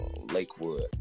Lakewood